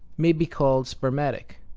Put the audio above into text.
may be called spermatic,